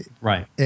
Right